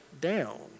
down